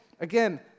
again